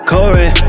Corey